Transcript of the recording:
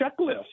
checklist